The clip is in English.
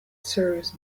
serves